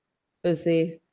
you see